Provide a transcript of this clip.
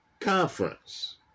conference